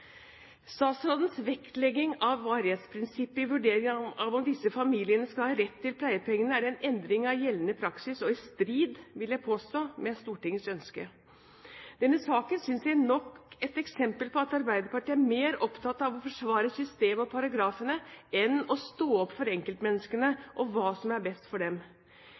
Statsrådens vektlegging av varighetsprinsippet i vurderingen av om disse familiene skal ha rett til pleiepenger, er en endring av gjeldende praksis og i strid, vil jeg påstå, med Stortingets ønske. Denne saken synes jeg er nok et eksempel på at Arbeiderpartiet er mer opptatt av å forsvare systemet og av paragrafene enn å stå opp for enkeltmenneskene og hva som er best for dem.